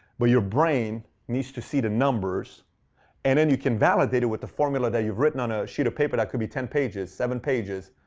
but your brain needs to see the numbers and then you can validate it with the formula that you've written on a sheet of paper that could be ten pages, seven pages,